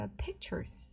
pictures